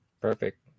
Perfect